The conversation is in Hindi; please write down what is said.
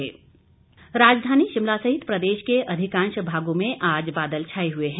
मौसम राजधानी शिमला सहित प्रदेश के अधिकांश भागों में आज बादल छाए हुए हैं